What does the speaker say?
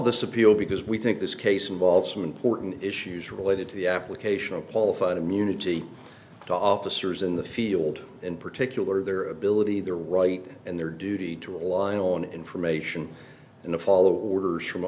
this appeal because we think this case involves some important issues related to the application of qualified immunity to officers in the field in particular their ability their right and their duty to rely on information in the follow orders from